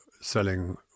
selling